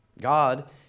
God